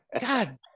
God